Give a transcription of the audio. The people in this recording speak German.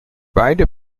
beide